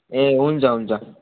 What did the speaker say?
ए हुन्छ हुन्छ